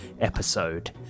episode